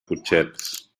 cotxets